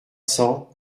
cents